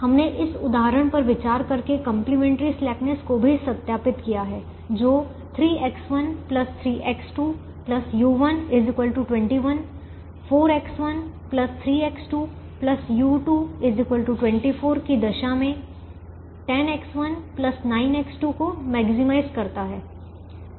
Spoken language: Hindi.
हमने इस उदाहरण पर विचार करके कंप्लीमेंट्री स्लेकनेस को भी सत्यापित किया है जो 3X1 3X2 u1 21 4X1 3X2 u2 24 की दशा में 10X1 9X2 को मैक्सिमाइज करता है